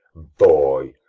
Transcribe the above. boy!